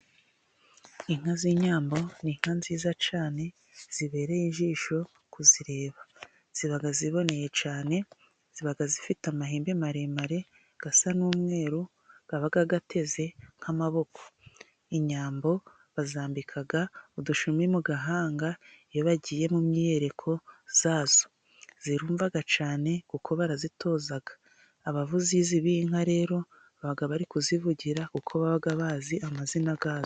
Inka z'inyambo, ni inka nziza cyane zibereye ijisho, kuzireba ziba ziboneye cyane. Ziba zifite amahembe maremare asa n'umweru akaba ateze nk'amaboko, inyambo bazambika udushumi mu gahanga, iyo bagiye mu myiyereko yazo, zirumva cyane kuko barazitoza, abavuzi b'inka rero bari aba bazi kuzivugira kuko baba bazi amazina yazo.